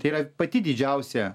tai yra pati didžiausia